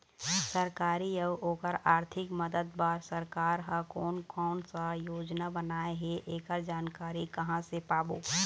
सरकारी अउ ओकर आरथिक मदद बार सरकार हा कोन कौन सा योजना बनाए हे ऐकर जानकारी कहां से पाबो?